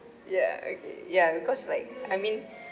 ya okay ya because like I mean